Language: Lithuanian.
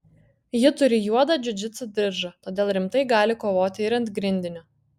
ji turi juodą džiudžitsu diržą todėl rimtai gali kovoti ir ant grindinio